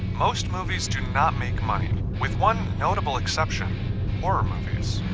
most movies do not make money, with one notable exception horror movies.